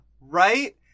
right